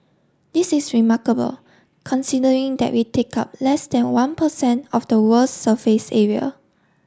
this is remarkable considering that we take up less than one percent of the world's surface area